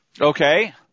Okay